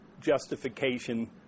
justification